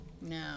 No